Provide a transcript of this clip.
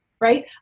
right